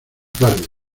tarde